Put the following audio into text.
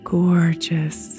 gorgeous